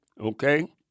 okay